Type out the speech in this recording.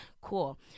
cool